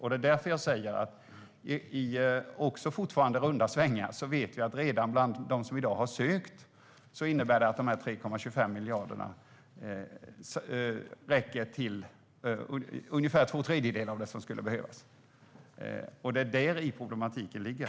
Det är därför jag säger att vi vet att bland dem som i dag har sökt räcker de 3,25 miljarderna fortfarande i runda slängar till ungefär två tredjedelar av det som skulle behövas. Det är däri problematiken ligger.